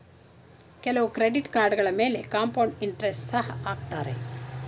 ಕೆಲವು ಕ್ರೆಡಿಟ್ ಕಾರ್ಡುಗಳ ಮೇಲೆ ಕಾಂಪೌಂಡ್ ಇಂಟರೆಸ್ಟ್ ಸಹ ಹಾಕತ್ತರೆ